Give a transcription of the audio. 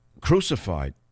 crucified